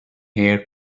hair